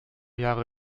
jahre